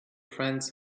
friends